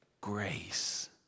grace